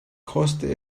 koste